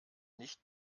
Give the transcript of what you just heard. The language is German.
nicht